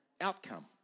outcome